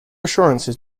assurances